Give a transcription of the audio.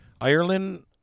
Ireland